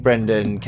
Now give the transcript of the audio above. Brendan